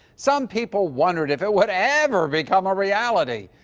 some people wondered if it would ever become a reality,